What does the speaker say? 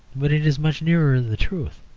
but it is much nearer the truth.